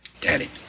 Daddy